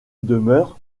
demeure